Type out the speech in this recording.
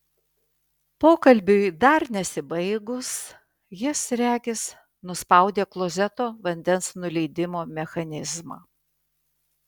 pokalbiui dar nesibaigus jis regis nuspaudė klozeto vandens nuleidimo mechanizmą